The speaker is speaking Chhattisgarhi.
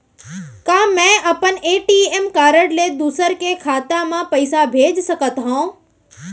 का मैं अपन ए.टी.एम कारड ले दूसर के खाता म पइसा भेज सकथव?